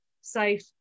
safe